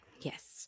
Yes